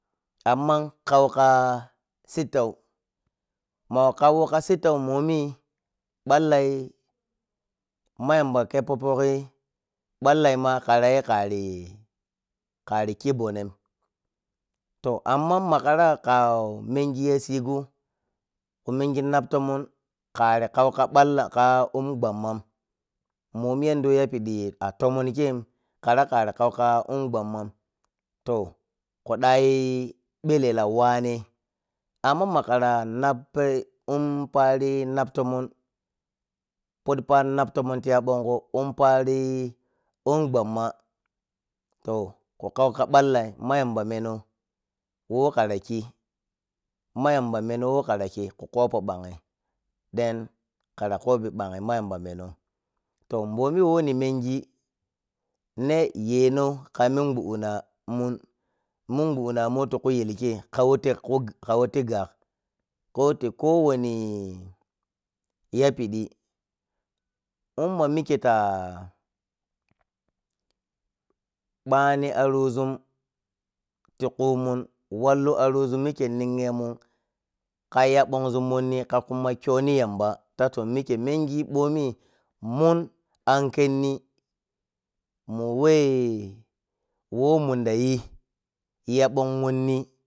Amma kau ka sittau magga kau ka sittau momi ballai ma yamba kheppo poi ballai ma karayi kari khi mbonen toh amman ma kara ka mengi yasigo khu mengi nap tonon kari kau ka ballla ka umghmman mbomi yaddo yapidi a tomon khei kara kari kau ka unghanan to khu ɗayi belela wanne amma ma kara nappe um pari nap tomon podu para nap tomon tiya bengo um pari umghamma toh, khu kau ka ballai ma yamba menou who kara khi ma yamba menou who kara khi khu kopou banhi den. kara kobi banhi ma yamba menou toh mbom whe ni mengi ne yeno ka minguɗɗina mun minguɗɗinamun whe tiku yel kei kawe ti kuri kawe ti gag kawe ti kowani yapidi ummamike ta bani arozun ti kuman walli arozun mike ninyemun ka ya mbonzun minni ka kuma kho ni yamba ta toh mike mengi bomi mun an kenni mun whei whe mundayi ya bon monni.